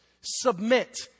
submit